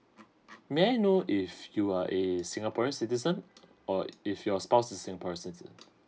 may I know if you are a singaporeans citizen or if your spouse is singapore citizen